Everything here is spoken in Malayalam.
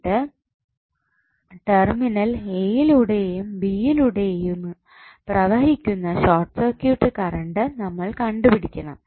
എന്നിട്ട് ടെർമിനൽ എ യിലൂടെയും ബീ യിലൂയുടേയും പ്രവഹിക്കുന്ന ഷോർട്ട് സർക്യൂട്ട് കറണ്ട് നമ്മൾ കണ്ടുപിടിക്കണം